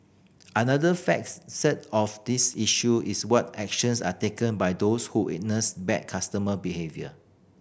another of this issue is what actions are taken by those who witness bad customer behaviour